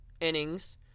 innings